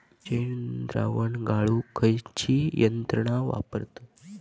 शेणद्रावण गाळूक खयची यंत्रणा वापरतत?